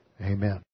Amen